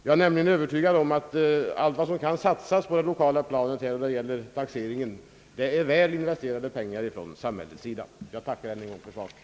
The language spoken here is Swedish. Jag är nämligen övertygad om att allt vad som kan satsas på det lokala planet när det gäller taxeringen är väl investerade pengar från samhällets sida. Jag tackar än en gång för svaret.